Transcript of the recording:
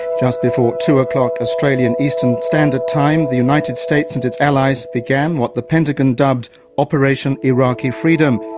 just before two o'clock australian eastern standard time the united states and its allies began what the pentagon dubbed operation iraqi freedom.